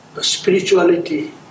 spirituality